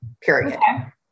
period